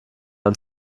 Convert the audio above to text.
ans